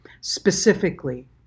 specifically